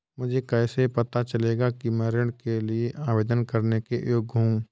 मुझे कैसे पता चलेगा कि मैं ऋण के लिए आवेदन करने के योग्य हूँ?